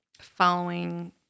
following